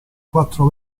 quattro